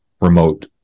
remote